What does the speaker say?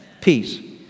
Peace